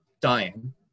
dying